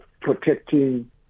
protecting